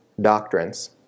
doctrines